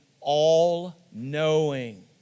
all-knowing